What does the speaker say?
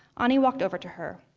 anie walked over to her.